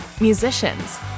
Musicians